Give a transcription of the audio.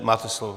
Máte slovo.